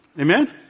Amen